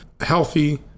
healthy